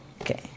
Okay